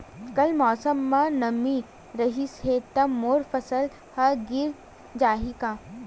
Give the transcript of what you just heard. कल मौसम म नमी रहिस हे त मोर फसल ह गिर जाही का?